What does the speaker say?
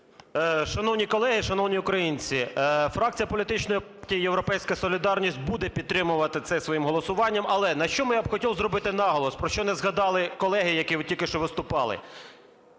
Шановні колеги, шановні українці, фракція політичної партії "Європейська солідарність" буде підтримувати це своїм голосуванням. Але, на щоб я хотів зробити наголос, про що не згадали колеги, які тільки що виступали.